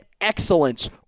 excellence